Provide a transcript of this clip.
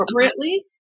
appropriately